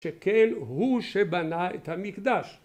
שכן הוא שבנה את המקדש